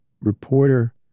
reporter